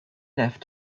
left